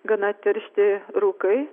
gana tiršti rūkai